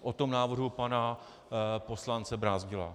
O tom návrhu pana poslance Brázdila.